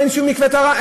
אין שום מקווה טהרה.